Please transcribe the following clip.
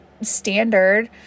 standard